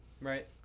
Right